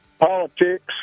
politics